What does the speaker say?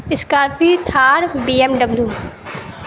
scorpio Thar BMW